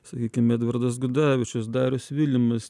sakykim edvardas gudavičius darius vilimas